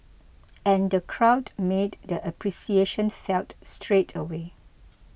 and the crowd made their appreciation felt straight away